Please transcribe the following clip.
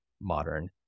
Modern